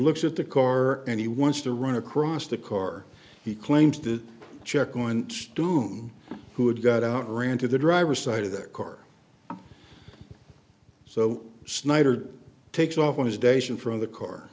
looks at the car and he wants to run across the car he claims to check going stone who had got out ran to the driver's side of that car so snider takes off on his days in from the car